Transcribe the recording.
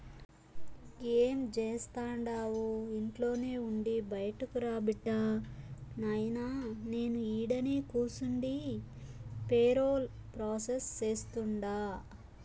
ఏం జేస్తండావు ఇంట్లోనే ఉండి బైటకురా బిడ్డా, నాయినా నేను ఈడనే కూసుండి పేరోల్ ప్రాసెస్ సేస్తుండా